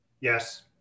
Yes